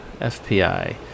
FPI